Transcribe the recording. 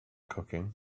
cooking